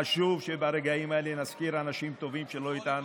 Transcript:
חשוב שברגעים האלה נזכיר אנשים טובים שלא איתנו.